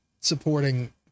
supporting